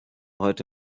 heute